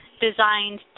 designed